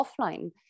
offline